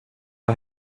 har